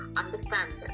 understand